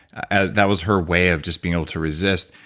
and that was her way of just being able to resist.